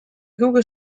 google